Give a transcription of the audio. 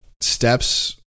steps